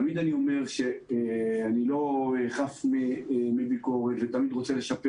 תמיד אני אומר שאני לא חף מביקורת ותמיד רוצה לשפר